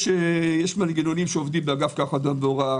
יש מנגנונים שעובדים באגף- -- והוראה